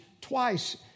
twice